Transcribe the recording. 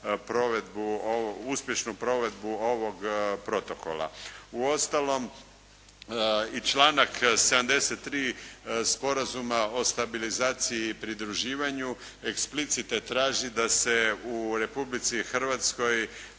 uspješnu provedbu ovog protokola. Uostalom i članak 73. Sporazuma o stabilizaciji i pridruživanju eksplicite traži da se u Republici Hrvatskoj